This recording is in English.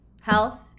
health